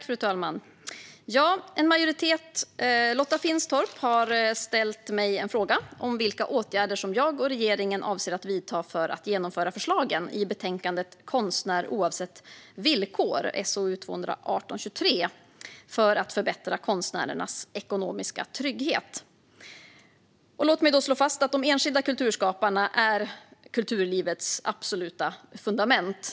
Fru talman! Lotta Finstorp har frågat mig vilka åtgärder jag och regeringen avser att vidta för att genomföra förslagen i betänkandet Konstnär - oavsett villkor? och förbättra konstnärernas ekonomiska trygghet. Låt mig slå fast att de enskilda kulturskaparna är kulturlivets absoluta fundament.